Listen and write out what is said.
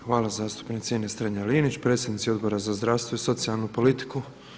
Hvala zastupnici Ines Strenja-Linić predsjednici Odbora za zdravstvo i socijalnu politiku.